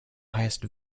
highest